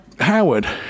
Howard